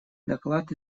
доклад